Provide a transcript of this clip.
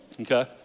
okay